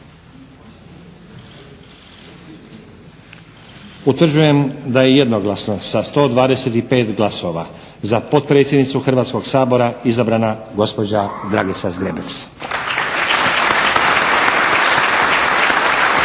Utvrđujem da je jednoglasno sa 125 glasova za potpredsjednicu Hrvatskoga sabora izabrana gospođa Dragica Zgrebec.